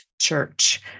church